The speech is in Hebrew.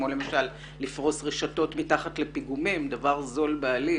כמו פריסת רשתות ביטחון מתחת לפיגומים דבר זול בעליל